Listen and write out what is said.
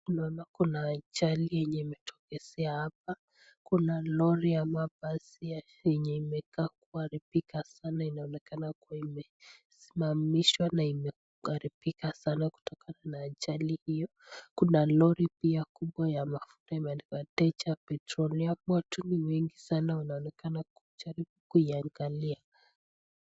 Naona kuna ajali yenye imetokezea hapa, kuna lori ama basi yenye imekaa kuharibika sana inaonekana kuwa imesimamishwa na imeharibika sana kutokana na ajali hiyo. Kuna lori pia kubwa ya mafuta imeandikwa danger, petroleum .Watu ni wengi sana wanaonekana kujaribu kuiangalia.